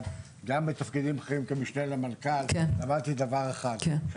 וגם בתפקידים בכירים כמשנה למנכ"ל אני למדתי דבר אחד והוא